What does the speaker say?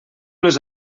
les